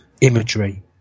imagery